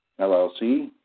LLC